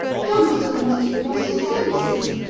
johnston must have lost his senses!